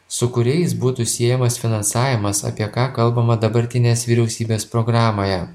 su kuriais būtų siejamas finansavimas apie ką kalbama dabartinės vyriausybės programoje